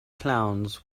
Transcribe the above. clowns